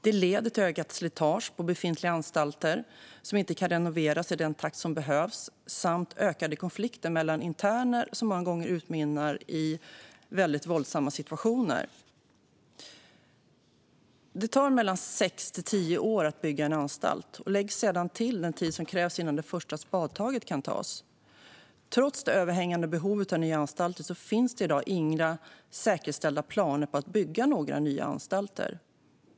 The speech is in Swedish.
Det leder till ett ökat slitage på befintliga anstalter, som inte kan renoveras i den takt som behövs, samt ökade konflikter mellan interner, vilket många gånger utmynnar i väldigt våldsamma situationer. Det tar sex till tio år att bygga en anstalt. Därtill kan läggas den tid det tar innan det första spadet tas. Trots det överhängande behovet av nya anstalter finns i dag inga säkerställda planer på att bygga några nya anstalter.